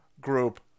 group